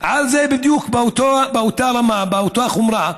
על זה: בדיוק באותה רמה, באותה חומרה,